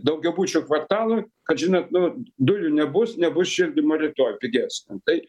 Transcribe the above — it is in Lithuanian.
daugiabučių kvartalui kad žinot nu dujų nebus nebus šildymo rytoj pigesnio tai